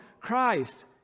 Christ